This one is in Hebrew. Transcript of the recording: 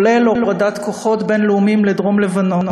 כולל הורדת כוחות בין-לאומיים לדרום-לבנון,